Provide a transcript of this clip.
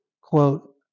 Quote